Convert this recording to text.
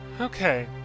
Okay